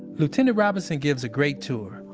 lieutenant robinson gives a great tour.